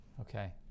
Okay